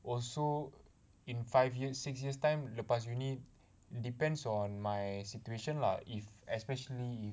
also in five years six years time lepas uni depends on my situation lah if especially